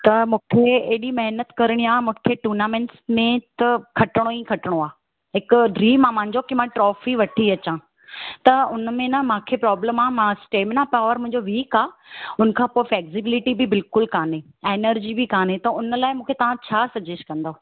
त मूंखे हेॾी महिनत करिणी आहे मूंखे टूर्नामेंट्स में त खटिणो ई खटिणो आहे हिकु ड्रीम आहे मुंहिंजो की मां ट्रोफ़ी वठी अचां त हुन में न मूंखे प्रॉब्लम आहे मां स्टेमिना पावर मुंहिंजो वीक आहे हुन खां पोइ फेक्सीबिलीटी बि बिल्कुलु काने एनर्जी बि काने त हुन लाइ मूंखे तव्हां छा सज़ेस्ट कंदा